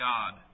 God